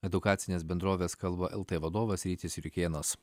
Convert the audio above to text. edukacinės bendrovės kalba lt vadovas rytis jurkėnas